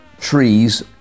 trees